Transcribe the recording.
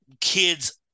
kids